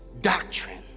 doctrine